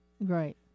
Right